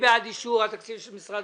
מי בעד אישור פניות מספר 373 עד 380, משרד